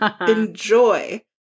Enjoy